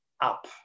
up